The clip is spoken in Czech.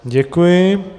Děkuji.